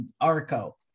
Arco